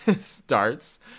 starts